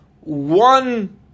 one